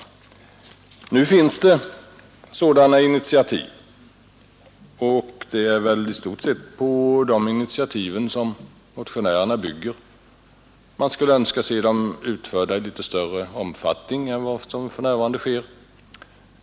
Nu har det tagits sådana initiativ och det är i stort sett på de initiativen som motionärerna bygger. Man skulle bara önska se dem förverkligade i litet större omfattning än som för närvarande är fallet.